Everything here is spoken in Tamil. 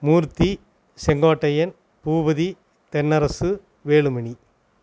மூர்த்தி செங்கோட்டையன் பூபதி தென்னரசு வேலுமணி